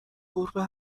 گربه